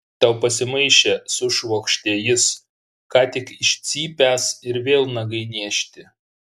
tau pasimaišė sušvokštė jis ką tik iš cypęs ir vėl nagai niežti